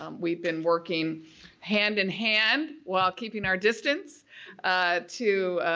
um we've been working hand in hand while keeping our distance to